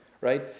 right